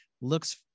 looks